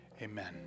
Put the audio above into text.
amen